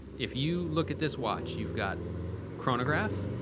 if you look at this watch, you've got chronograph,